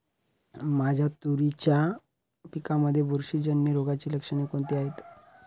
माझ्या तुरीच्या पिकामध्ये बुरशीजन्य रोगाची लक्षणे कोणती आहेत?